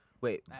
Wait